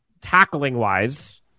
tackling-wise